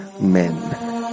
men